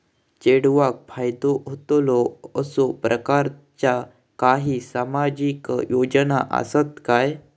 चेडवाक फायदो होतलो असो प्रकारचा काही सामाजिक योजना असात काय?